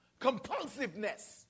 Compulsiveness